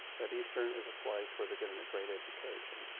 that eastern is a place where their getting a great education.